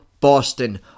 Boston